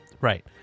Right